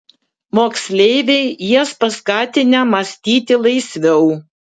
moksleiviai jas paskatinę mąstyti laisviau